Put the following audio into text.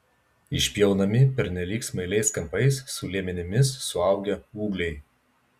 išpjaunami pernelyg smailiais kampais su liemenimis suaugę ūgliai